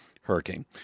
hurricane